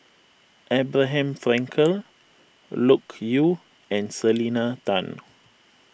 Abraham Frankel Loke Yew and Selena Tan